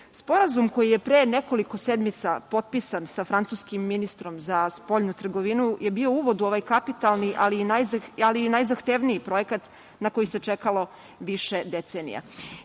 Beogradu. Sporazum koji je pre nekoliko sedmica potpisan sa francuskim ministrom za spoljnu trgovinu je bio uvod u ovaj kapitalni, ali i najzahtevniji projekat na koji se čekalo više decenija. Iz